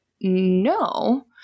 no